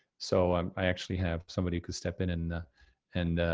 so um i actually have somebody who could step in in and,